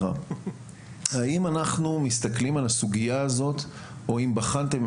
האם אנחנו מסתכלים על הסוגייה הזאת או אם בחנתם